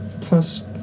Plus